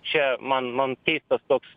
čia man man keistas toks